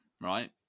right